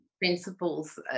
principles